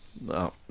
No